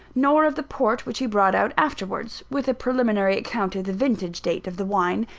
nor of the port which he brought out afterwards, with a preliminary account of the vintage-date of the wine,